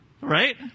Right